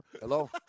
Hello